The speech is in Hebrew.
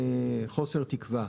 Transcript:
חוסר תקווה.